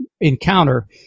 encounter